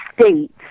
States